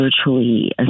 virtually